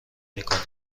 میکنیم